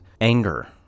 anger